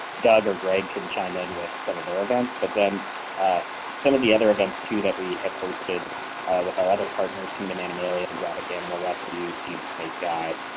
doug or greg can chime in with some of their events, but then some of the other events too that we have hosted with our other partners kingdom animalia, exotic animal rescues, even snake guy,